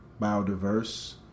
biodiverse